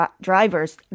drivers